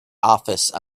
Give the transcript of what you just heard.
office